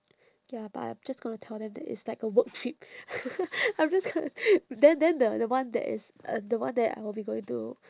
ya but I'm just gonna tell them that it's like a work trip I'm just gonna then then the the one that is uh the one that I will be going to